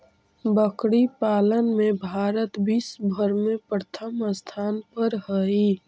बकरी पालन में भारत विश्व भर में प्रथम स्थान पर हई